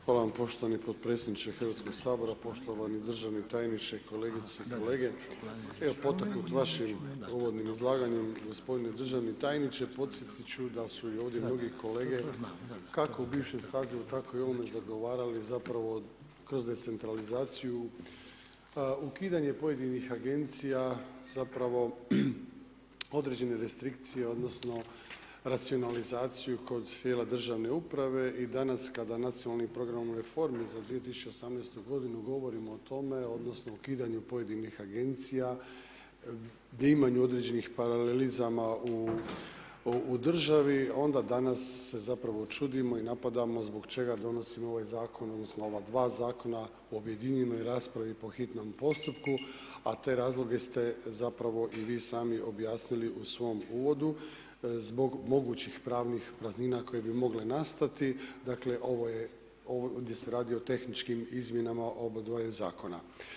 Hvala vam poštovani potpredsjedniče Hrvatskog sabora, poštovani državni tajniče, kolegice i kolega, evo potaknut vašim uvodnim izlaganjem gospodine državni tajniče, podsjetit ću da su ovdje i drugi kolege, kako u bivšem sazivu tako i u ovome zagovarali zapravo kroz decentralizaciju ukidanje pojedinih agencija, zapravo određene restrikcije, odnosno racionalizaciju kroz tijela državne uprave i danas kada nacionalni program u reformi za 2018. godinu govorimo o tom, odnosno o ukidanju pojedinih agencija gdje ima određenih paralelizama u državi, onda danas se zapravo čudimo i napadamo zbog čega donosimo ovaj zakon, odnosno ova dva zakona, u objedinjenoj raspravi po hitnom postupku, a te razloge ste zapravo i sami objasnili u svom uvodu zbog mogućih pravnih praznina koje bi mogle nastati, dakle ovdje se radi o tehničkim izmjenama obadva zakona.